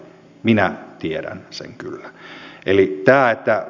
minä tiedän sen kyllä